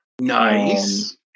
Nice